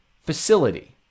facility